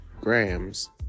grams